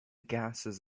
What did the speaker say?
gases